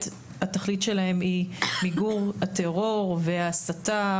התכלית שלהם היא מיגור הטרור וההסתה